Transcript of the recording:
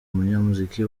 umunyamuziki